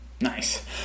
Nice